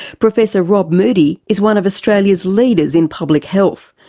professor rob moodie is one of australia's leaders in public health.